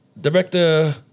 Director